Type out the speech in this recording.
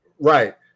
Right